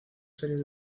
series